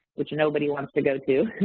which nobody wants to go to,